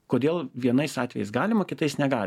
kodėl vienais atvejais galima kitais negali